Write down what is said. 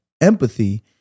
empathy